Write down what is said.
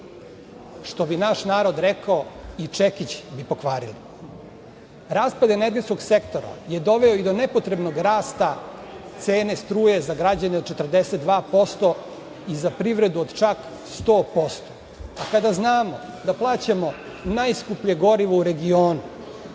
Što bi naš narod rekao, i čekić bi pokvarili. Raspad energetskog sektora je doveo i do nepotrebnog rasta cene struje za građane od 42% i za privredu od čak 100%.Kada znamo da plaćamo najskuplje gorivo u regionu